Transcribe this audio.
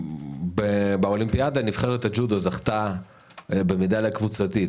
באולימפיאדה נבחרת הג'ודו זכתה במדליה קבוצתית.